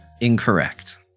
Incorrect